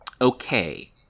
okay